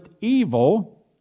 evil